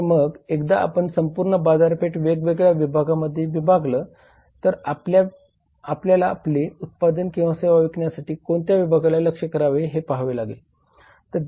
तर मग एकदा आपण संपूर्ण बाजारपेठ वेगवेगळ्या विभागांमध्ये विभागली तर आपल्याला आपले उत्पादन किंवा सेवा विकण्यासाठी कोणत्या विभागाला लक्ष्य करावे हे पाहावे लागेल